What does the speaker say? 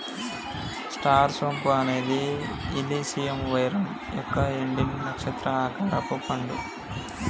star సోంపు అనేది ఇలిసియం వెరమ్ యొక్క ఎండిన, నక్షత్రం ఆకారపు పండు